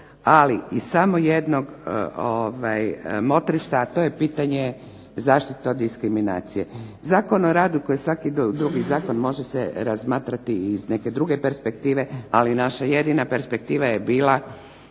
ali iz samo jednog motrišta a to je pitanje zaštite od diskriminacije. Zakon o radu kao svaki drugi zakon može se razmatrati iz neke druge perspektive ali naša jedina perspektiva je bila